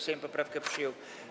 Sejm poprawkę przyjął.